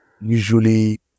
usually